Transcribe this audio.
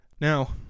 Now